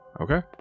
Okay